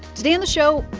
today on the show,